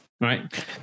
Right